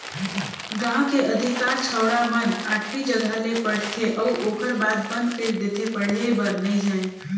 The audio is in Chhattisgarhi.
गांव के अधिकार छौड़ा मन आठवी जघा ले पढ़थे अउ ओखर बाद बंद कइर देथे पढ़े बर नइ जायें